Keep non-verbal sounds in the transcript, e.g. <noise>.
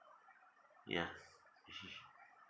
yes <noise>